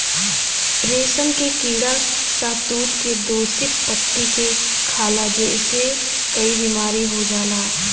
रेशम के कीड़ा शहतूत के दूषित पत्ती के खाला जेसे कई बीमारी हो जाला